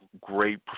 great